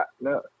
no